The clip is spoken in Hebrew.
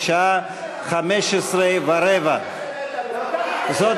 בשעה 15:15. תראה איזה